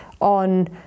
on